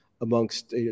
amongst